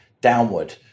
downward